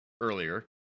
earlier